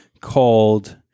called